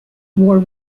more